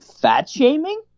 fat-shaming